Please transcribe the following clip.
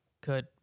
good